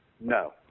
No